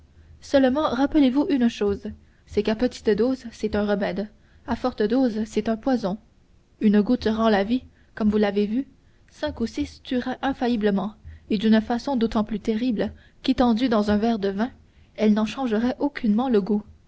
seulement rappelez-vous une chose c'est qu'à petite dose c'est un remède à forte dose c'est un poison une goutte rend la vie comme vous l'avez vu cinq ou six tueraient infailliblement et d'une façon d'autant plus terrible qu'étendues dans un verre de vin elles n'en changeraient aucunement le goût